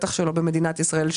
בטח שלא במדינת ישראל,